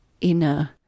inner